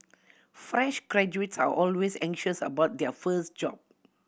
fresh graduates are always anxious about their first job